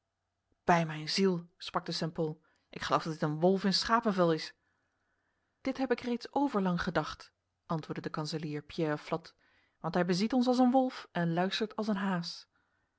bij mijn ziel sprak de st pol ik geloof dat dit een wolf in een schapenvel is dit heb ik reeds overlang gedacht antwoordde de kanselier pierre flotte want hij beziet ons als een wolf en luistert als een haas